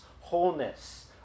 wholeness